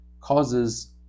causes